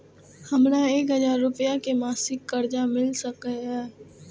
हमरा एक हजार रुपया के मासिक कर्जा मिल सकैये?